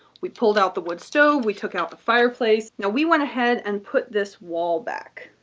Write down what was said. we pulled out the wood stove, we took out the fireplace. now, we went ahead and put this wall back.